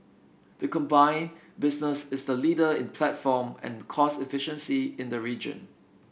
the combined business is the leader in platform and cost efficiency in the region